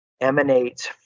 emanates